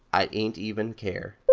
i ain't even care.